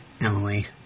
Emily